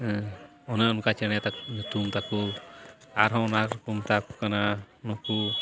ᱦᱮᱸ ᱚᱱᱮ ᱚᱱᱠᱟ ᱪᱮᱬᱮ ᱛᱟᱠᱚ ᱧᱩᱛᱩᱢ ᱛᱟᱠᱚ ᱟᱨᱦᱚᱸ ᱚᱱᱟ ᱜᱮᱠᱚ ᱢᱮᱛᱟ ᱠᱚ ᱠᱟᱱᱟ ᱱᱩᱠᱩ